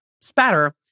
spatter